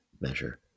measure